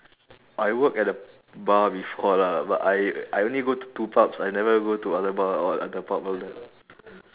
I work at a bar before lah but I I only go to two pubs I never ever go to other bar or other pub all